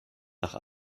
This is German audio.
nach